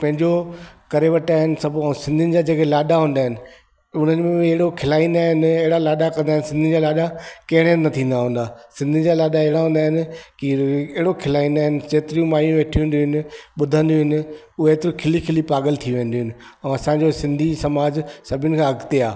पंहिंजो करे वेठा आहिनि ऐं सिंधियुनि जा जेके लाॾा हूंदा आहिनि उन्हनि में अहिड़ो खिलाईंदा आहिनि अहिड़ा लाॾा कंदा आहिनि सिंधियुनि जा लाॾा कहिड़े हंधु न थींदा हूंदा सिंधियुनि जा लाॾा अहिड़ा हूंदा आहिनि की अहिड़ो खिलाईंदा आहिनि की जेतिरियूं मायूं वेठियूं हूंदियूं आहिनि ॿुधंदियूं आहिनि उहे एतिरियूं खिली खिली पाॻल थी वेंदियूं आहिनि ऐं असांजो सिंधी समाजु सभिनि खां अॻिते आहे